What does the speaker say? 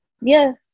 yes